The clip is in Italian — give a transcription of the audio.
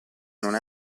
non